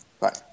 Bye